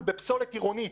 שאי-טיפול בפסולת עירונית,